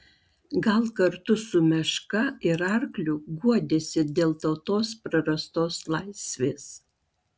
gal kartu su meška ir arkliu guodėsi dėl tautos prarastos laisvės